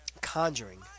Conjuring